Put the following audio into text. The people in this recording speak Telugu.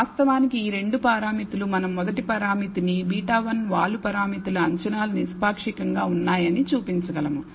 వాస్తవానికి ఈ రెండు పారామితులు మనం మొదటి పరామితిని β1 వాలు పారామితుల అంచనాలు నిష్పాక్షికంగా ఉన్నాయని చూపించగలము